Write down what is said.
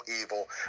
evil